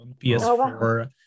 PS4